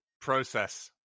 process